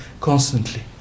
constantly